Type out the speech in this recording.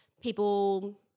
people